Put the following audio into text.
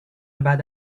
about